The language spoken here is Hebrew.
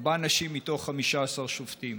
ארבע נשים מ-15 שופטים.